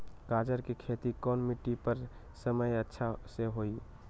गाजर के खेती कौन मिट्टी पर समय अच्छा से होई?